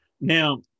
Now